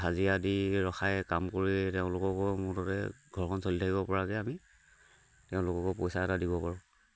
হাজিৰা দি ৰখাই কাম কৰি তেওঁলোককো মুঠতে ঘৰখন চলি থাকিব পৰাকৈ আমি তেওঁলোককো পইচা এটা দিব পাৰোঁ